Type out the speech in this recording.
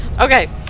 Okay